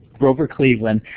grover cleveland